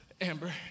Amber